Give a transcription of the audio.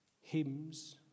hymns